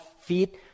feet